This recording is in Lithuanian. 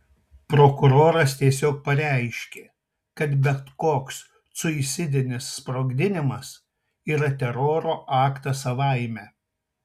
prokuroras tiesiog pareiškė kad bet koks suicidinis sprogdinimas yra teroro aktas savaime